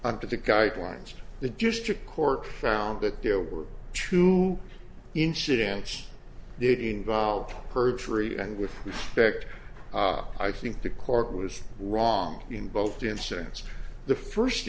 under the guidelines the district court found that there were two incidents it involved perjury and with respect i think the court was wrong in both instances the first